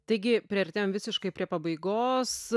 taigi priartėjom visiškai prie pabaigos